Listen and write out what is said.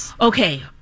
Okay